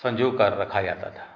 संजोकर रखा जाता था